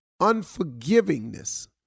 unforgivingness